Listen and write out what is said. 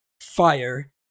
Fire